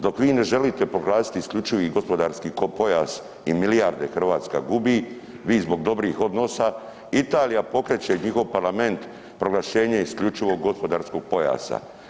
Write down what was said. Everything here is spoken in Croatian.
Dok vi ne želite proglasiti isključivi gospodarski pojas i milijarde Hrvatska gubi, vi zbog dobrih odnosa Italija pokreće njihov parlament proglašenje isključivog gospodarskog pojasa.